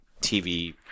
TV